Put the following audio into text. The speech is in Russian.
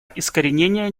искоренения